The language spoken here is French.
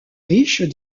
riches